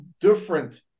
different